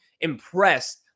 impressed